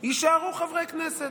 יישארו חברי כנסת,